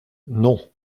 non